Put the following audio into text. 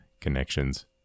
connections